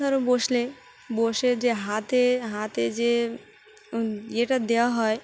ধরো বসলে বসে যে হাতে হাতে যে ইয়েটা দেওয়া হয়